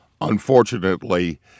Unfortunately